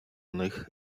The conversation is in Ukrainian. них